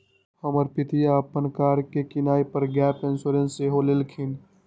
हमर पितिया अप्पन कार के किनाइ पर गैप इंश्योरेंस सेहो लेलखिन्ह्